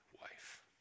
wife